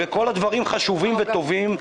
וכל הדברים חשובים וטובים.